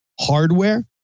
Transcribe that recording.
hardware